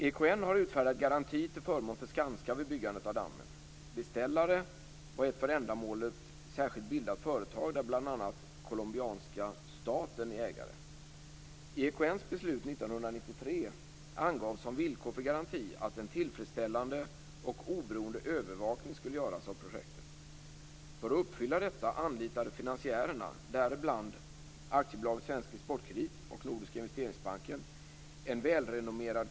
EKN har utfärdat garanti till förmån för Skanska vid byggandet av dammen. Beställare var ett för ändamålet särskilt bildat företag där bl.a. colombianska staten är ägare. I EKN:s beslut 1993 angavs som villkor för garanti att en tillfredsställande och oberoende övervakning skulle göras av projektet. För att uppfylla detta anlitade finansiärerna, däribland AB Monenco.